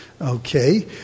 Okay